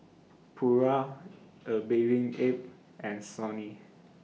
Pura A Bathing Ape and Sony